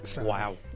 Wow